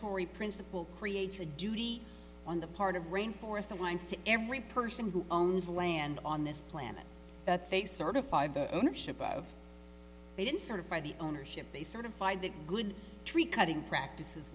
tory principle creates a duty on the part of rain forest and winds to every person who owns land on this planet that they certified the ownership of they didn't certify the ownership they certified that good tree cutting practices